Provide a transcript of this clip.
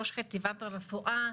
ראש חטיבת הרפואה,